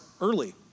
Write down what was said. early